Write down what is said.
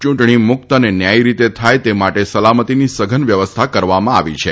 યૂંટણી મુક્ત અને ન્યાથી રીતે થાય તે માટે સલામતીની સઘન વ્યવસ્થા કરવામાં આવી છે